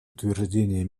утверждения